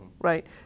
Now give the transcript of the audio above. right